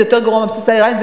זה יותר גרוע מהפצצה האירנית,